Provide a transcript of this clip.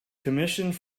commissioned